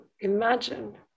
imagine